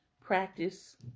practice